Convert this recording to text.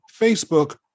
Facebook